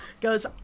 goes